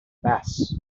bass